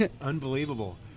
Unbelievable